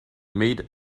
made